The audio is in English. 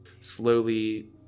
slowly